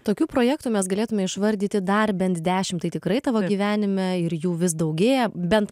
tokių projektų mes galėtume išvardyti dar bent dešim tai tikrai tavo gyvenime ir jų vis daugėja bent